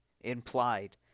implied